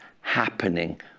happening